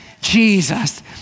Jesus